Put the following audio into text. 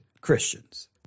Christians